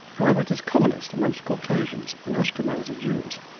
however it is commonest among caucasians and ashkenazi jews,